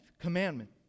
commandment